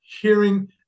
hearing